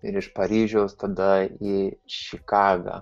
ir iš paryžiaus tada į čikagą